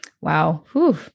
Wow